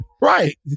Right